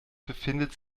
befindet